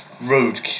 rude